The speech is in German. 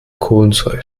kohlensäure